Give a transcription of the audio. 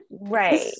right